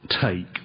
take